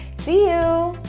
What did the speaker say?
see you.